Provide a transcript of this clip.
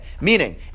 Meaning